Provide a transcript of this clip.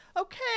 okay